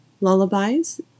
lullabies